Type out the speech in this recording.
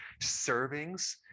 servings